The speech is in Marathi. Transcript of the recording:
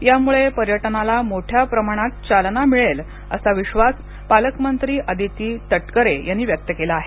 यामुळे पर्यटनाला मोठ्या प्रमाणात चालना मिळेल असा विश्वास पालकमंत्री आदिती तटकरे यांनी व्यक्त केला आहे